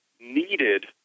needed